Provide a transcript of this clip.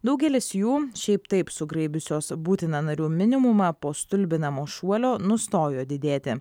daugelis jų šiaip taip sugraibiusios būtiną narių minimumą po stulbinamo šuolio nustojo didėti